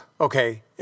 Okay